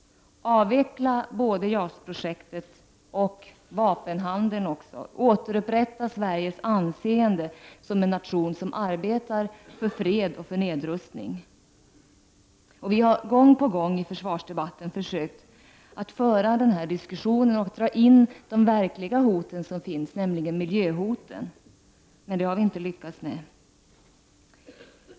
Avveckla både JAS-projektet och vapenhandeln! Återupprätta Sveriges anseende som en nation som arbetar för fred och för nedrustning! Vi har gång på gång i försvarsdebatten försökt att föra in de verkliga hoten, miljöhoten, men det har vi inte lyckats få gehör för.